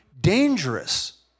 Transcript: dangerous